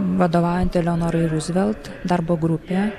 vadovaujant eleonorai ruzvelt darbo grupė